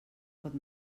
pot